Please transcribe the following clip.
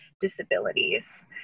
disabilities